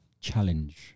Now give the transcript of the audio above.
challenge